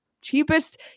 cheapest